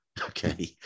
okay